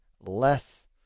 less